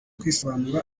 kwisobanura